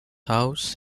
house